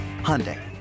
Hyundai